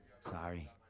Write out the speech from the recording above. Sorry